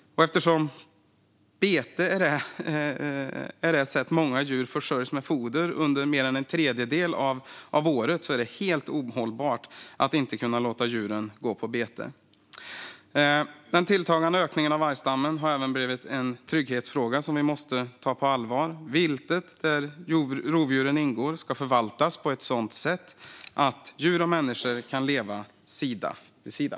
Och eftersom bete är det sätt på vilket många djur försörjs med foder under mer än en tredjedel av året är det helt ohållbart att inte kunna låta djuren gå på bete. Den tilltagande ökningen av vargstammen har även blivit en trygghetsfråga som vi måste ta på allvar. Viltet, där rovdjuren ingår, ska förvaltas på ett sådant sätt att djur och människor kan leva sida vid sida.